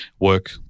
work